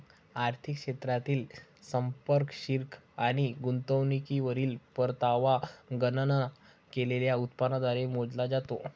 आर्थिक क्षेत्रातील संपार्श्विक आणि गुंतवणुकीवरील परतावा गणना केलेल्या उत्पन्नाद्वारे मोजला जातो